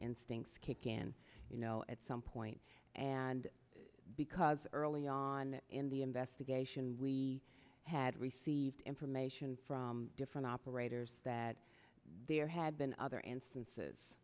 instincts kick in at some point and because early on in the investigation we had received information from different operators that there had been other instances